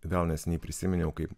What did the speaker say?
vėl neseniai prisiminiau kaip